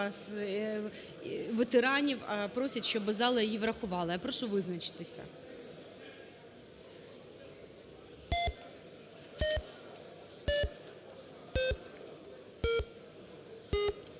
ветеранів просять, щоби зала її врахувала. Я прошу визначитися.